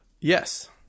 yes